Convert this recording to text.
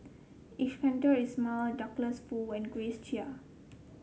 Iskandar Ismail Douglas Foo and Grace Chia